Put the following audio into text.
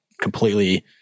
completely